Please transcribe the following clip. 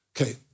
Okay